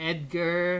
Edgar